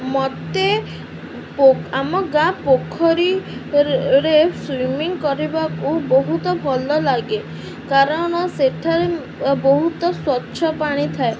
ମୋତେ ଆମ ଗାଁ ପୋଖରୀରେ ସୁଇମିଂ କରିବାକୁ ବହୁତ ଭଲ ଲାଗେ କାରଣ ସେଠାରେ ବହୁତ ସ୍ୱଚ୍ଛ ପାଣି ଥାଏ